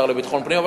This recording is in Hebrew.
השר לביטחון פנים,